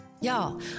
Y'all